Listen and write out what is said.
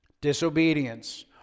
disobedience